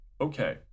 okay